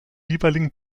jeweiligen